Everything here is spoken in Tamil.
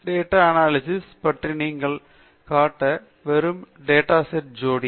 டேட்டா அனாலிசிஸ் பற்றி நீங்கள் காட்ட என்ன வெறும் டேட்டா செட் ஒரு ஜோடி